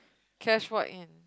cash what in